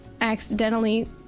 accidentally